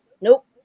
nope